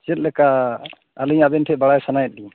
ᱪᱮᱫ ᱞᱮᱠᱟ ᱟᱹᱞᱤᱧ ᱟᱵᱮᱱ ᱴᱷᱮᱱ ᱵᱟᱲᱟᱭ ᱥᱟᱱᱟᱭᱮᱫ ᱞᱤᱧᱟᱹ